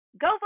go